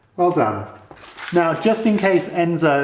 well done now if just in case enzo